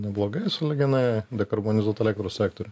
neblogai sąlyginai dekarbonizuot elektros sektorių